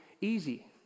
easy